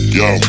yo